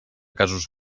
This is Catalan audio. casos